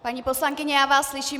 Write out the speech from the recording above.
Paní poslankyně, já vás slyším.